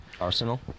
Arsenal